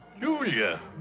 Julia